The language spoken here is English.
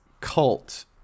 cult